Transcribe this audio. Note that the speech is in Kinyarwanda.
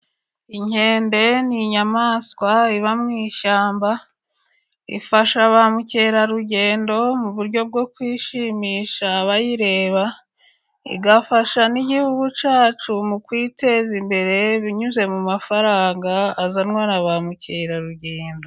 Inkende ni inyamaswa iba mu ishyamba, ifasha ba mukerarugendo mu buryo bwo kwishimisha bayireba, igafasha n'igihugu cyacu mu kwiteza imbere binyuze mu mafaranga azanwa na ba mukerarugendo.